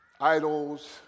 idols